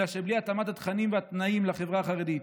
אלא שבלי התאמת התכנים והתנאים לחברה החרדית,